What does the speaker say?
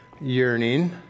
yearning